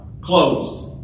Closed